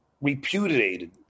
repudiated